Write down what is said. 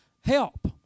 help